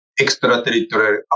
extraterritorial